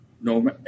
no